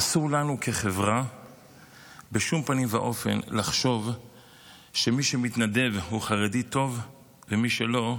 אסור לנו כחברה בשום פנים ואופן לחשוב שמי שמתנדב הוא חרדי טוב ומי שלא,